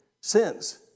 Sins